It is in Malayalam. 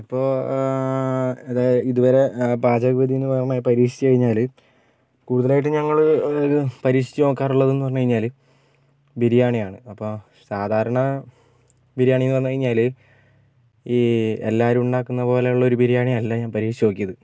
ഞാനിപ്പോൾ ഇതേ ഇതുവരെ പാചക വിധിയെന്ന് പറഞ്ഞ് പരീക്ഷിച്ച് കഴിഞ്ഞാൽ കൂടുതലായിട്ടും ഞങ്ങൾ ഒരു പരീക്ഷിച്ച് നോക്കാറുള്ളതെന്ന് പറഞ്ഞ് കഴിഞ്ഞാൽ ബിരിയാണിയാണ് അപ്പോൾ സാധാരണ ബിരിയാണിയെന്ന് പറഞ്ഞ് കഴിഞ്ഞാൽ ഈ എല്ലാവരും ഉണ്ടാക്കുന്ന പോലുള്ളൊരു ബിരിയാണിയല്ല ഞാൻ പരീക്ഷിച്ച് നോക്കിയത്